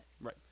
Right